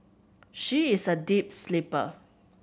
she is a deep sleeper